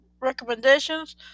Recommendations